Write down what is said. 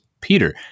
Peter